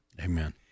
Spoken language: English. Amen